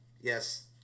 Yes